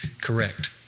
correct